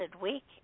week